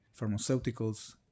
pharmaceuticals